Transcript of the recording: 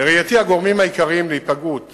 לראייתי, הגורמים העיקריים, היפגעות